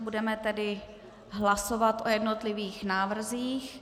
Budeme tedy hlasovat o jednotlivých návrzích.